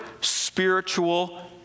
spiritual